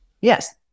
yes